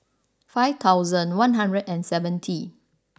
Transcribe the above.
five thousand one hundred and seventy